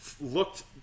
looked